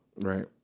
Right